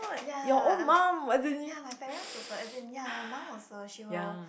ya ya my parents also as in ya my mum also she will